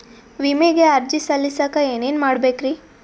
ವಿಮೆಗೆ ಅರ್ಜಿ ಸಲ್ಲಿಸಕ ಏನೇನ್ ಮಾಡ್ಬೇಕ್ರಿ?